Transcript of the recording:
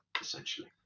essentially